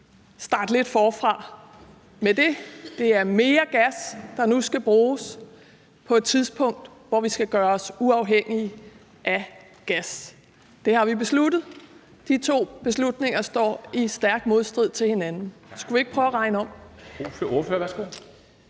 starte lidt forfra med det? Det er mere gas, der nu skal bruges på et tidspunkt, hvor vi skal gøre os uafhængige af gas. Det har vi besluttet. De to beslutninger står i stærk modsætning til hinanden. Skulle vi ikke prøve at regne om?